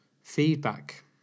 feedback